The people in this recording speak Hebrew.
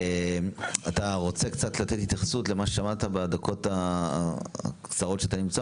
אתה רוצה להתייחס למה ששמעת בדקות הקצרות שאתה נמצא,